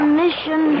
mission